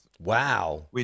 Wow